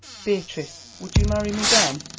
beatrice, would you marry me then?